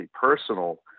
personal